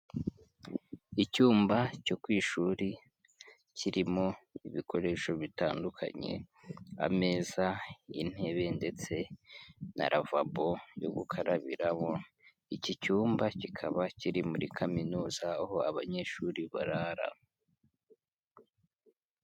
Icyumba cyo ku ishuri kirimo ibikoresho bitandukanye, ameza, intebe, ndetse na ravabo yo gukarabiramo, iki cyumba kikaba kiri muri kaminuza aho abanyeshuri barara.